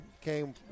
came